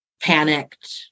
panicked